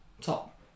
Top